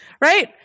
Right